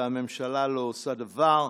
והממשלה לא עושה דבר,